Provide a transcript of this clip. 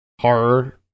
horror